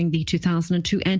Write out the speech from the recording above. the two thousand and two and